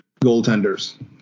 goaltenders